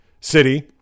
City